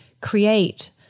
create